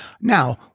Now